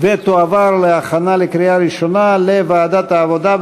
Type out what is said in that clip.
ותועבר להכנה לקריאה ראשונה לוועדת העבודה,